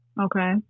Okay